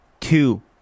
two